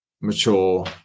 mature